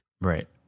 Right